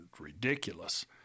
ridiculous